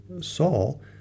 Saul